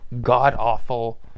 god-awful